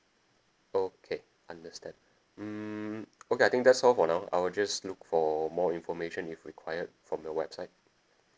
okay understand mm okay I think that's all for now I'll just look for more information if required from the website